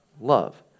love